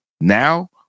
Now